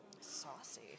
Saucy